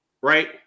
right